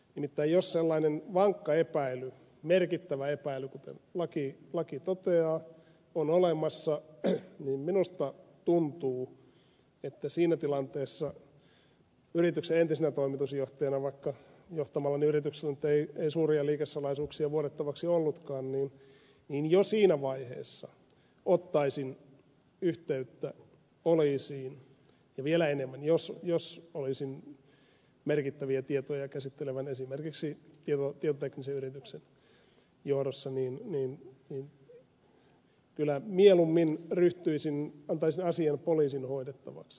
nimittäin jos sellainen vankka epäily merkittävä epäily kuten laki toteaa on olemassa niin minusta tuntuu että siinä tilanteessa yrityksen entisenä toimitusjohtajana vaikka johtamallani yrityksellä nyt ei suuria liikesalaisuuksia vuodettavaksi ollutkaan jo siinä vaiheessa ottaisin yhteyttä poliisiin ja vielä enemmän jos olisin merkittäviä tietoja käsittelevän esimerkiksi tietoteknisen yrityksen johdossa kyllä mieluummin antaisin asian poliisin hoidettavaksi